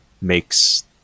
makes